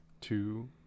two